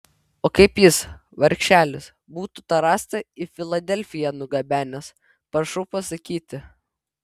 o kaip jis vargšelis būtų tą rąstą į filadelfiją nugabenęs prašau pasakyti